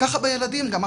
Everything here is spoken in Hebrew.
ככה בילדים גם?